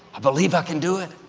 i believe i can do it.